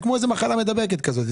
זה כמו מחלה מדבקת כזאת,